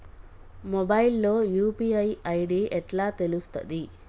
Mobile లో UPI ID ఎట్లా తెలుస్తది?